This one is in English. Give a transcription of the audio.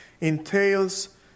entails